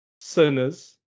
sinners